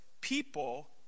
people